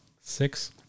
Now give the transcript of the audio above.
six